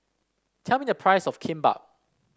tell me the price of Kimbap